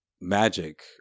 Magic